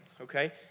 okay